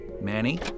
Manny